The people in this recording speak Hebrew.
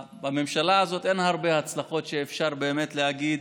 בממשלה הזאת אין הרבה הצלחות שבהן אפשר באמת להגיד: